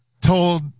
told